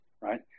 right